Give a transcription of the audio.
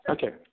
Okay